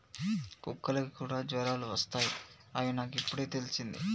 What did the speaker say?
కుక్కలకి కూడా జ్వరాలు వస్తాయ్ అని నాకు ఇప్పుడే తెల్సింది